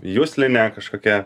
juslinė kažkokia